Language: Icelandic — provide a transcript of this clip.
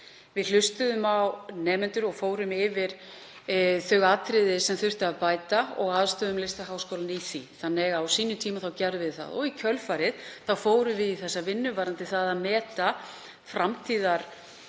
Við hlustuðum á nemendur og fórum yfir þau atriði sem þurfti að bæta og aðstoðuðum Listaháskólinn í því, þannig að á sínum tíma gerðum við það. Í kjölfarið fórum við í vinnu varðandi það að meta framtíðarþörf